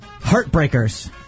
Heartbreakers